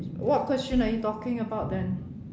what question are you talking about then